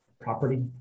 property